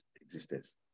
existence